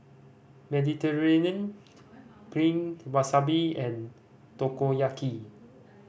Mediterranean Penne Wasabi and Takoyaki